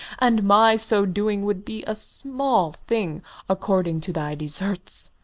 and my so doing would be a small thing according to thy desserts!